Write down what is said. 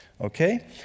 Okay